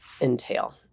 entail